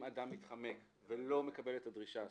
אם אדם מתחמק ולא מקבל את הדרישה,